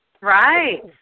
right